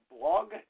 Blog